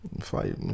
fight